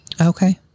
okay